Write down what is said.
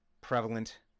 prevalent